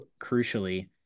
crucially